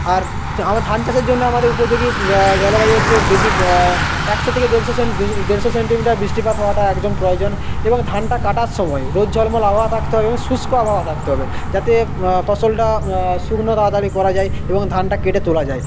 আর ধান চাষের জন্য আমাদের উপযোগী জলবায়ু হচ্ছে বেশী একশো থেকে দেড়শো সেন্টি দেড়শো সেন্টিমিটার বৃষ্টিপাত হওয়াটা একদম প্রয়োজন এবং ধানটা কাটার সময় রোদঝলমল আবহাওয়া থাকতে হবে এবং শুস্ক আবহাওয়া থাকতে হবে যাতে ফসলটা শুকনো তাড়াতাড়ি করা যায় এবং ধানটা কেটে তোলা যায়